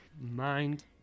Mind